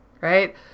right